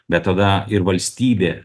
bet tada ir valstybė